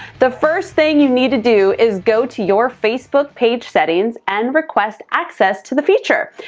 the first thing you need to do is go to your facebook page settings, and request access to the feature.